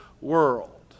world